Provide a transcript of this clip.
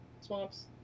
swamps